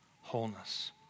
wholeness